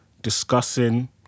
discussing